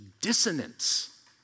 dissonance